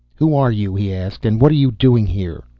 who are you? he asked. and what are you doing here?